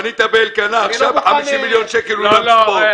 בנית באלקנה עכשיו ב-50 מיליון שקל אולם ספורט.